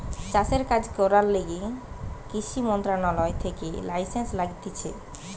চাষের কাজ করার লিগে কৃষি মন্ত্রণালয় থেকে লাইসেন্স লাগতিছে